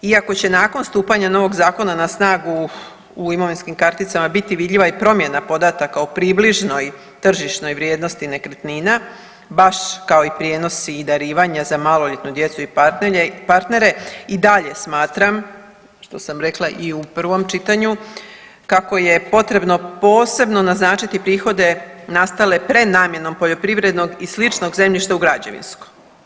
Iako će nakon stupanja novog zakona na snagu u imovinskim karticama biti vidljiva i promjena podataka o približnoj tržišnoj vrijednosti nekretnina, baš kao i prijenosi i darivanja za maloljetnu djecu i partnere i dalje smatra što sam rekla i u prvom čitanju, kako je potrebno posebno naznačiti prihode prenamjenom poljoprivrednog i sličnog zemljišta u građevinskog.